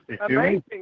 Amazing